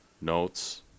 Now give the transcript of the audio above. notes